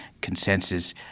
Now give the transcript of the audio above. consensus